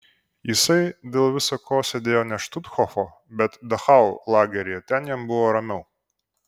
jisai dėl visa ko sėdėjo ne štuthofo bet dachau lageryje ten jam buvo ramiau